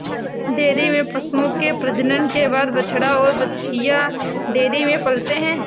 dairy में पशुओं के प्रजनन के बाद बछड़ा और बाछियाँ डेयरी में पलते हैं